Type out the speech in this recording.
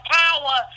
power